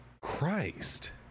christ